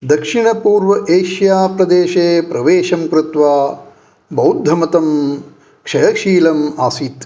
दक्षिणपूर्व एशिया प्रदेशे प्रवेशं कृत्वा बौद्धमतं क्षयशीलम् आसीत्